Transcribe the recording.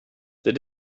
they